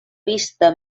vista